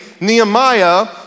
Nehemiah